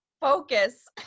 focus